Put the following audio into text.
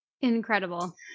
Incredible